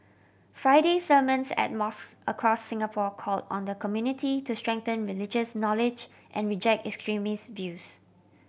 Friday sermons at mosques across Singapore called on the community to strengthen religious knowledge and reject extremist views